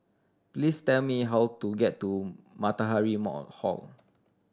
please tell me how to get to Matahari Mall Hall